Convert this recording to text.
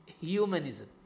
humanism